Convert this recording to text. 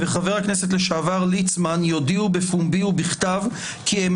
וחבר הכנסת לשעבר ליצמן יודיעו בפומבי ובכתב כי הם